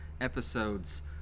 episodes